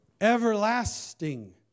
everlasting